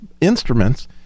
instruments